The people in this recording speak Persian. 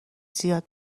زیاد